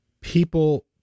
People